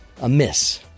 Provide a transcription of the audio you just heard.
amiss